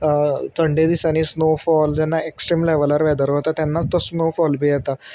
थंडे दिसांनी snowfall जेन्ना एक्स्ट्रीम लेवलार वेदर वता तेन्नाच तो स्नोफॉल बी येता